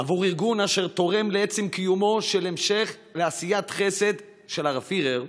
עבור ארגון אשר תורם לעצם קיומו של המשך עשיית חסד של הרב פירר,